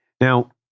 Now